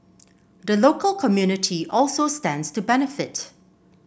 the local community also stands to benefit